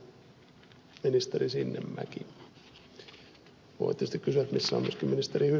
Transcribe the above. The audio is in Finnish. missä on ministeri sinnemäki